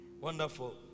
Wonderful